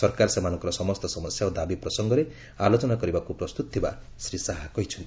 ସରକାର ସେମାନଙ୍କର ସମସ୍ତ ସମସ୍ୟା ଓ ଦାବି ପ୍ରସଙ୍ଗରେ ଆଲୋଚନା କରିବାକୁ ପ୍ରସ୍ତତ ଅଛନ୍ତି ବୋଲି ଶ୍ରୀ ଶାହା କହିଛନ୍ତି